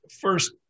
First